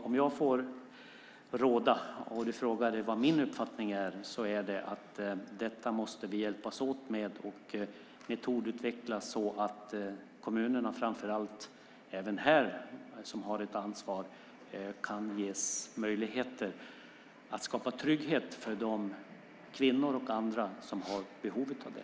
Om jag får råda - och du frågade vilken min uppfattning är - ska vi hjälpas åt med detta och metodutveckla så att framför allt kommunerna, som har ansvar även här, kan ges möjligheter att skapa trygghet för de kvinnor och andra som har behov av det.